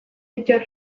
bittor